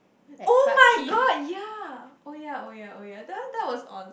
oh-my-god ya oh ya oh ya oh ya that that was on